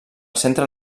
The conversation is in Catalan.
centre